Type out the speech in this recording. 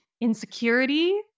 insecurity